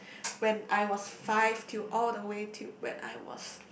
when I was five to all the way to when I was